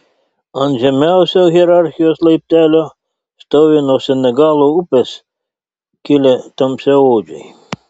ant žemiausio hierarchijos laiptelio stovi nuo senegalo upės kilę tamsiaodžiai